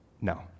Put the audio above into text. no